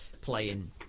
playing